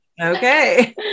Okay